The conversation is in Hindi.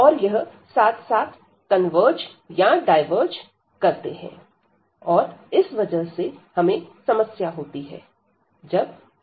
और यह साथ साथ कन्वर्ज या डायवर्ज करते हैं और इस वजह से हमें समस्या होती है जब x→∞